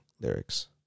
lyrics